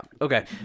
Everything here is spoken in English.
Okay